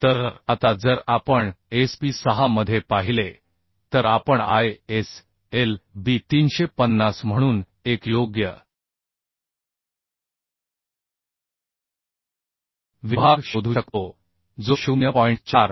तर आता जर आपण Sp 6 मध्ये पाहिले तर आपण ISLB 350 म्हणून एक योग्य विभाग शोधू शकतो जो 0